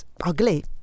ugly